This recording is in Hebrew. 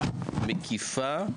מקיפה.